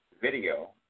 video